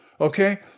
okay